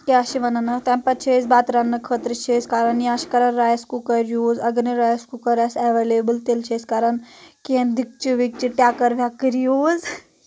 کیاہ چھِ وَنان اتھ تَمہِ پَتہٕ چھِ أسۍ بَتہٕ رَننہٕ خٲطرٕ چھِ أسۍ کران یا چھِ کران رایِس کُکر یوٗز اگر نہٕ رایِس کُکر آسہِ ایٚولیبٕل تیٚلہِ چھِ أسۍ کران کینٛہہ دِکچہِ وِکچہِ ٹیٚکٕر ویکٕر یوٗز